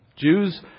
Jews